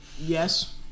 Yes